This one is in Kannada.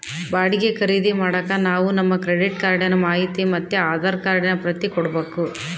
ಬಾಡಿಗೆ ಖರೀದಿ ಮಾಡಾಕ ನಾವು ನಮ್ ಕ್ರೆಡಿಟ್ ಕಾರ್ಡಿನ ಮಾಹಿತಿ ಮತ್ತೆ ಆಧಾರ್ ಕಾರ್ಡಿನ ಪ್ರತಿ ಕೊಡ್ಬಕು